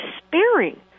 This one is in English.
despairing